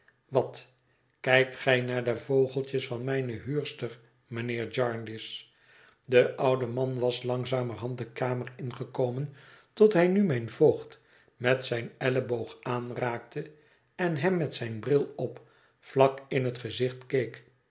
wat kijkt gij naar de vogeltjes van mijne huurster mijnheer jarndyce de oude man was langzamerhand de kamer ingekomen tot hij nu mijn voogd met zijn elleboog aanraakte en hem met zijn bril op vlak in het gezicht